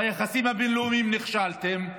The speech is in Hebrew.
ביחסים הבין-לאומיים נכשלתם.